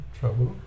trouble